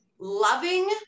loving